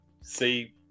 see